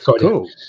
Cool